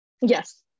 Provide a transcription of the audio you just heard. Yes